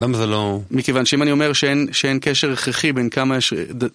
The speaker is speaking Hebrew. מכיוון שאם אני אומר שאין קשר הכרחי בין כמה ש...